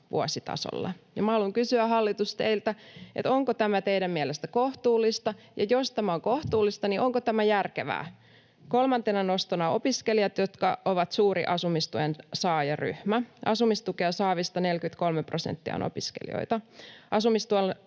vuositasolla. Minä haluan kysyä, hallitus, teiltä: onko tämä teidän mielestänne kohtuullista, ja jos tämä on kohtuullista, niin onko tämä järkevää? Kolmantena nostona opiskelijat, jotka ovat suuri asumistuen saajaryhmä. Asumistukea saavista 43 prosenttia on opiskelijoita. Asumistuella